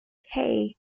hey